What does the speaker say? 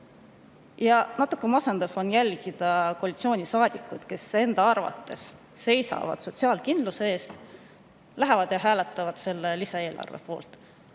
Natuke masendav on jälgida koalitsioonisaadikuid, kes enda arvates seisavad sotsiaalkindluse eest, aga lähevad ja hääletavad selle lisaeelarve poolt.